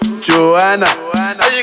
Joanna